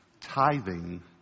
Tithing